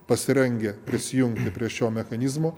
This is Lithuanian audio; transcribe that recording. pasirengę prisijungti prie šio mechanizmo